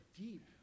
deep